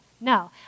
No